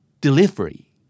delivery